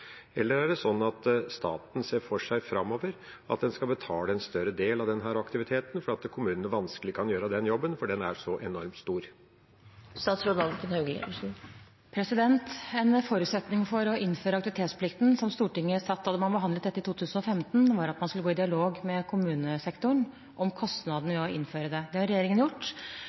Eller er det sånn at staten framover ser for seg at den skal betale en større del av denne aktiviteten fordi kommunene vanskelig kan gjøre denne jobben, for den er så enormt stor? En forutsetning for å innføre aktivitetsplikten som Stortinget satte da man behandlet dette i 2015, var at man skulle gå i dialog med kommunesektoren om kostnadene ved å innføre det. Det har regjeringen gjort.